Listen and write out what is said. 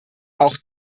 auch